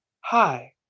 Hi